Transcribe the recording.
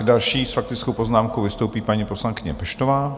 Další s faktickou poznámkou vystoupí paní poslankyně Peštová.